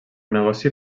negoci